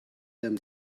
them